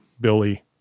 Billy